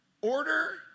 order